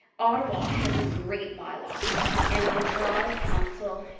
ottawa has a great by law and i draw the council's